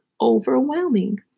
overwhelming